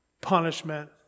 punishment